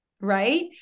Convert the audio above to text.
right